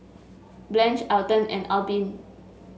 Blanch Elton and Albin